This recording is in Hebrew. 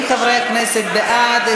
התשע"ו 2016. מי בעד?